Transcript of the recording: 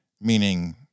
meaning